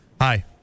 Hi